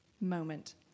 moment